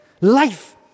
Life